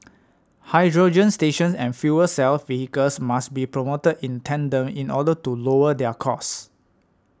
hydrogen stations and fuel cell vehicles must be promoted in tandem in order to lower their cost